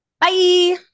Bye